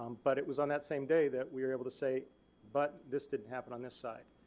um but it was on that same day that we were able to say but this didn't happen on this side.